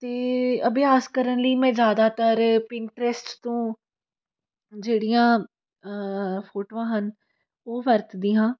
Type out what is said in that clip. ਅਤੇ ਅਭਿਆਸ ਕਰਨ ਲਈ ਮੈਂ ਜ਼ਿਆਦਾਤਰ ਪਿਨਟਰਸਟ ਤੋਂ ਜਿਹੜੀਆਂ ਫੋਟੋਆਂ ਹਨ ਉਹ ਵਰਤਦੀ ਹਾਂ